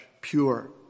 pure